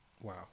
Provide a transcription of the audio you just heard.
Wow